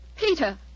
Peter